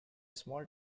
small